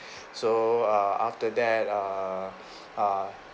so uh after that uh uh